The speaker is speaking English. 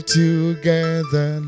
together